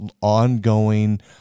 ongoing